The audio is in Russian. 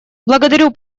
благодарю